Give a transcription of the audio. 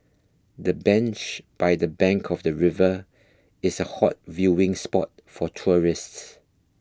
the bench by the bank of the river is a hot viewing spot for tourists